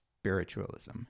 spiritualism